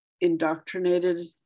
indoctrinated